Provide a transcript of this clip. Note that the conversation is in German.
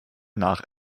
nach